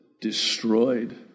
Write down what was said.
destroyed